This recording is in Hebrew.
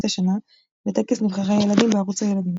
השנה" בטקס נבחרי הילדים בערוץ הילדים.